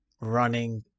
running